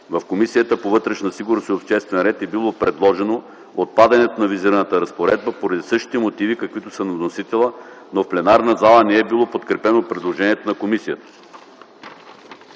в комисията по вътрешна сигурност и обществен ред е било предложено отпадането на визираната разпоредба, поради същите мотиви, каквито са на вносителя, но в пленарна зала не е било подкрепено предложението на комисията.